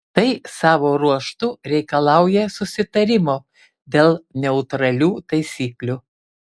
tai savo ruožtu reikalauja susitarimo dėl neutralių taisyklių